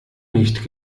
nicht